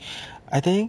I think